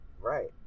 right